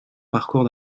parcours